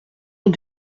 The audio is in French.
est